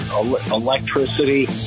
electricity